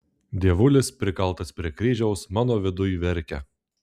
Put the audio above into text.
dievulis prikaltas prie kryžiaus mano viduj verkia